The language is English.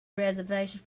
reservation